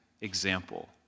example